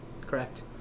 correct